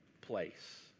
place